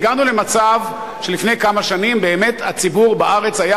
והגענו למצב שלפני כמה שנים באמת הציבור בארץ היה